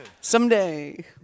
Someday